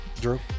Drew